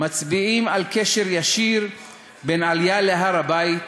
מצביעים על קשר ישיר בין עלייה להר-הבית